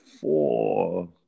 four